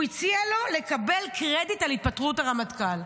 הוא הציע לו לקבל קרדיט על התפטרות הרמטכ"ל.